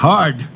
Hard